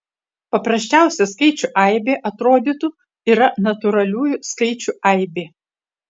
paprasčiausia skaičių aibė atrodytų yra natūraliųjų skaičių aibė